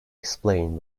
explained